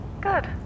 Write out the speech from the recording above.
Good